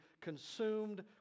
consumed